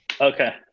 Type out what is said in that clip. Okay